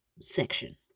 section